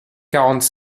quarante